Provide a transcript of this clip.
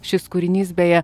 šis kūrinys beje